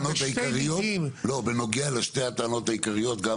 בנוגע לשתי הטענות העיקריות?